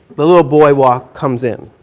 the little boy walk, comes in,